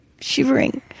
shivering